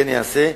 אכן ייעשה.